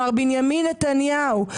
מר בנימין נתניהו,